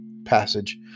passage